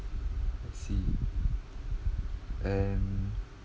let's see um